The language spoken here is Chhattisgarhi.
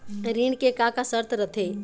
ऋण के का का शर्त रथे?